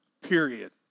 period